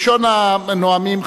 ראשון הנואמים,